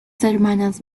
hermanas